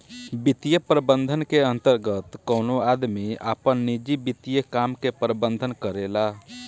वित्तीय प्रबंधन के अंतर्गत कवनो आदमी आपन निजी वित्तीय काम के प्रबंधन करेला